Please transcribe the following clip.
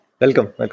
Welcome